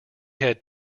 had